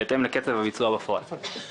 בהתאם לקצב הביצוע בפועל.